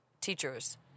teachers